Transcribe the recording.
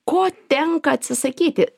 ko tenka atsisakyti